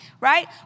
right